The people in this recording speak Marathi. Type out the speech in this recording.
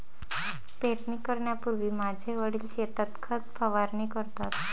पेरणी करण्यापूर्वी माझे वडील शेतात खत फवारणी करतात